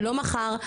לא מחר,